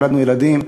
ילדנו ילדים,